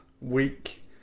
week